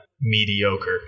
mediocre